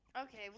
okay